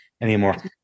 anymore